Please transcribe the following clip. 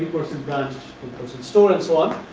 percent branch store and so on.